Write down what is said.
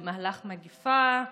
במהלך מגפה,